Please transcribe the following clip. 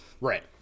Right